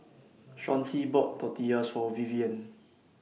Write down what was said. Chauncy bought Tortillas For Vivienne